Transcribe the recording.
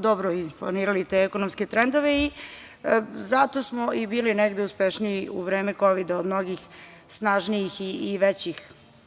dobro isplanirali te ekonomske trendove i zato smo i bili negde uspešniji u vreme Kovida od mnogih snažnijih i većih